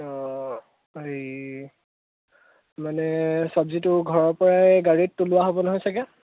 হেৰি মানে চব্জিটো ঘৰৰপৰাই গাড়ীত তোলোৱা হ'ব নহয় চাগে